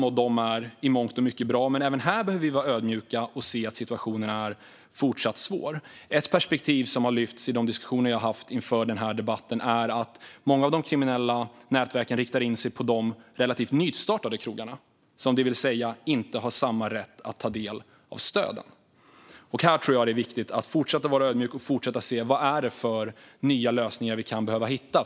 Dessa är i mångt och mycket bra, men även här behöver vi vara ödmjuka och se att situationen är fortsatt svår. Ett perspektiv som har lyfts upp i de diskussioner som jag haft inför denna debatt är att många av de kriminella nätverken riktar in sig på de relativt nystartade krogarna, som inte har samma rätt att ta del av stöden. Här tror jag att det är viktigt att fortsätta att vara ödmjuk och att fortsätta se vad det är för nya lösningar som vi kan behöva hitta.